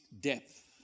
depth